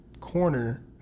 corner